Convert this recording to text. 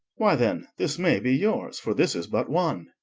why, then, this may be yours for this is but one.